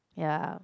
ya